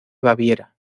baviera